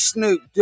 Snoop